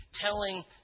telling